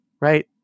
right